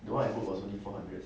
the I was only four hundred